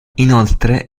inoltre